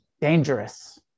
dangerous